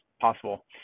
possible